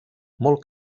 molt